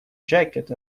jacket